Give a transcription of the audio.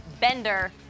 Bender